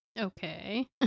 Okay